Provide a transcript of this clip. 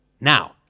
Now